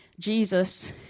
Jesus